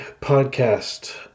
podcast